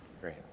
Great